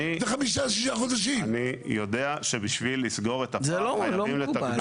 אני יודע שבשביל לסגור את הפער חייבים לתגבר.